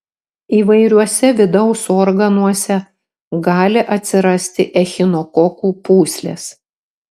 įvairiuose vidaus organuose gali atsirasti echinokokų pūslės